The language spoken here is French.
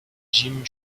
jim